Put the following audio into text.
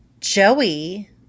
Joey